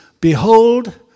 Behold